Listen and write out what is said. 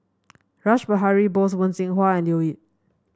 Rash Behari Bose Wen Jinhua and Leo Yip